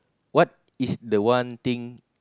what is the one thing